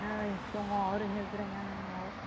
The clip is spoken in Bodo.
नै दङ ओरैनो जिरायनानै न'आव